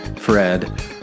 Fred